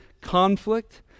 conflict